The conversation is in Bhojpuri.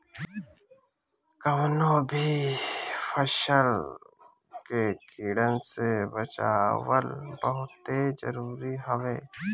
कवनो भी फसल के कीड़न से बचावल बहुते जरुरी हवे